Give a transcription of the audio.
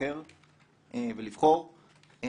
להיבחר ולבחור.